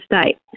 state